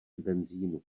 benzínu